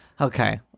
Okay